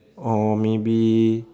or maybe